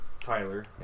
Tyler